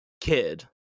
kid